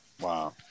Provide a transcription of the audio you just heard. Wow